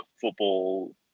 Football